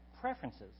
preferences